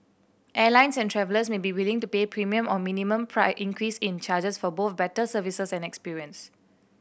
airlines and travellers may be willing to pay premium or minimum increase in charges for both better services and experience